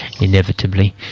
inevitably